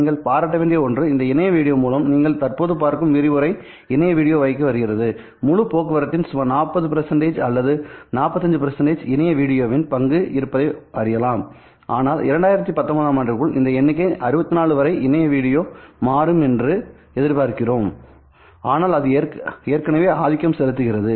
நீங்கள் பாராட்ட வேண்டிய ஒன்று இந்த இணைய வீடியோ மூலம் நீங்கள் தற்போது பார்க்கும் விரிவுரை இணைய வீடியோ வகைக்கு வருகிறது முழு போக்குவரத்தில் சுமார் 40 அல்லது 45 இணைய வீடியோவின் பங்கு இருப்பதை அறியலாம் ஆனால் 2019 ஆண்டுக்குள் இந்த எண்ணிக்கை 64 வரை இணைய வீடியோ மாறும் என்று எதிர்பார்க்கிறோம்ஆனால் அது ஏற்கனவே ஆதிக்கம் செலுத்துகிறது